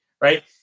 right